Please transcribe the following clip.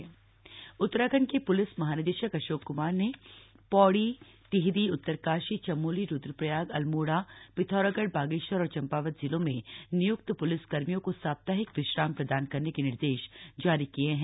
police महानिदेशक उत्तराखंड के police महानिदेशक अशोक क्मार ने पौड़ी टिहरी उत्तरकाशी चमोली रूद्रप्रयाग अल्मोड़ा पिथौरागढ़ बागेश्वर और चम्पावत जिलों में नियुक्त पुलिसकर्मियों को साप्ताहिक विश्राम प्रदान करने के निर्देश जारी किये हैं